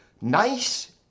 Nice